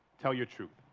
tell your truth.